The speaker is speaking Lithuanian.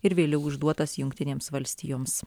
ir vėliau išduotas jungtinėms valstijoms